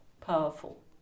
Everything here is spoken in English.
powerful